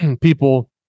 people